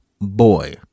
boy